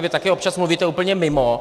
Vy také občas mluvíte úplně mimo.